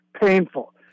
painful